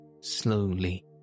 slowly